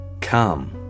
come